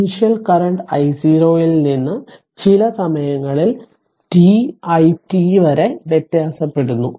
initial current I0 ൽ നിന്ന് ചില സമയങ്ങളിൽ t i t വരെ വ്യത്യാസപ്പെടുന്നു